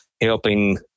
helping